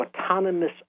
autonomous